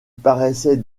paraissait